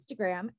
Instagram